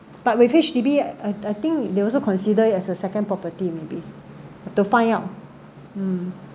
but with H_D_B uh I I think they also consider it as a second property maybe to find out mm